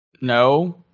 No